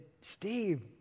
Steve